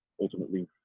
ultimately